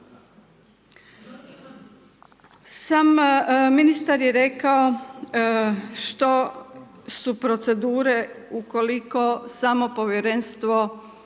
Sam ministar je rekao što su procedure ukoliko samo povjerenstvo